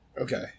Okay